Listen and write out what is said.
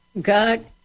God